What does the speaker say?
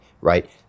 right